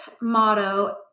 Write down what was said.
motto